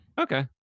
okay